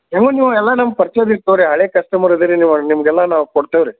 ಹೇಗೂ ನೀವು ಎಲ್ಲ ನಮ್ಮ ಪರಿಚಯಿದ್ದೀರಿ ತೊಗೊರಿ ಹಳೇ ಕಸ್ಟಮರ್ ಇದ್ದೀರಿ ನೀವು ನಿಮ್ದೆಲ್ಲ ನಾವು ಕೊಡ್ತೇವೆ ರಿ